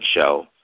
Show